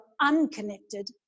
unconnected